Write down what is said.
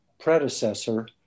predecessor